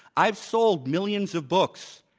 i've sold millions of books.